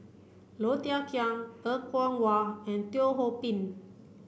Low Thia Khiang Er Kwong Wah and Teo Ho Pin